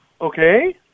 Okay